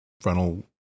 frontal